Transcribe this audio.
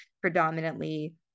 predominantly